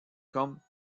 comme